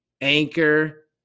Anchor